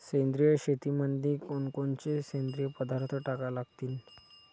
सेंद्रिय शेतीमंदी कोनकोनचे सेंद्रिय पदार्थ टाका लागतीन?